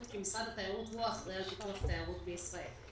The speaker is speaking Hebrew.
כי משרד התיירות הוא אחראי על שיקום התיירות בישראל.